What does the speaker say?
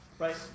Right